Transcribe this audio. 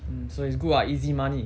mm so it's good [what] easy money